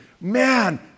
man